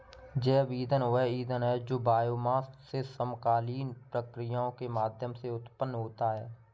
जैव ईंधन वह ईंधन है जो बायोमास से समकालीन प्रक्रियाओं के माध्यम से उत्पन्न होता है